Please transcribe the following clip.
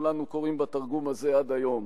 וכולנו קוראים בתרגום הזה עד היום,